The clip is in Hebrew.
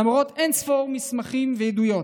למרות אין-ספור מסמכים ועדויות.